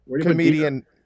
comedian